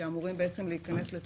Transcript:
שאמורים להיכנס לתוקף,